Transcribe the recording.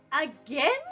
again